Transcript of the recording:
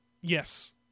Yes